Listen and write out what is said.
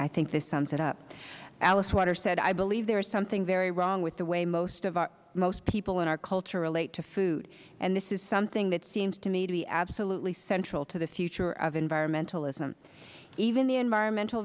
i think this sums it up alice waters said i believe there is something very wrong with the way most people in our culture relate to food and this is something that seems to me to be absolutely central to the future of environmentalism even the environmental